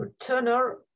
turner